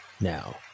now